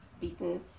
beaten